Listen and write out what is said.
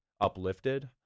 uplifted